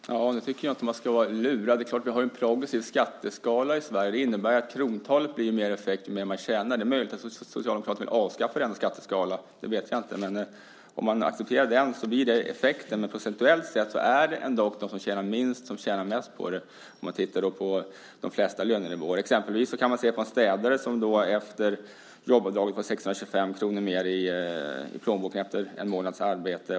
Fru talman! Det tycker jag inte att man ska vara - lurad. Det är klart att vi har en progressiv skatteskala i Sverige. Det innebär att det i krontal blir större effekt ju mer man tjänar. Det är möjligt att Socialdemokraterna vill avskaffa den skatteskalan - det vet jag inte. Men om man accepterar den blir det effekten. Procentuellt sett är det ändå de som tjänar minst som tjänar mest på detta, om man tittar på de flesta lönenivåer. Man kan exempelvis se på en städare som efter jobbavdraget får 625 kr mer i plånboken, efter en månads arbete.